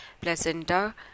placenta